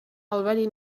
already